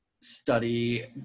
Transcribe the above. study